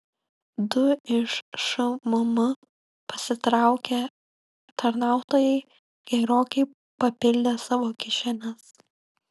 du iš šmm pasitraukę tarnautojai gerokai papildė savo kišenes